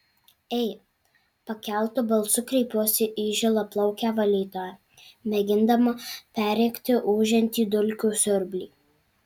ei pakeltu balsu kreipiuosi į žilaplaukę valytoją mėgindama perrėkti ūžiantį dulkių siurblį